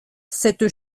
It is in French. cette